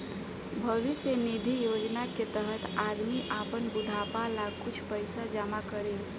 भविष्य निधि योजना के तहत आदमी आपन बुढ़ापा ला कुछ पइसा जमा करी